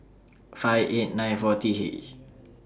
five eight nine four T H